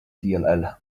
dll